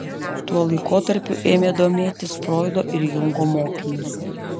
tuo laikotarpiu ėmė domėtis froido ir jungo mokymu